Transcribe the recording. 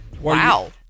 wow